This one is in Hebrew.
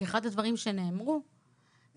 כי אחד הדברים שנאמרו זה,